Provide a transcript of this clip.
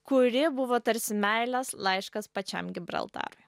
kuri buvo tarsi meilės laiškas pačiam gibraltarui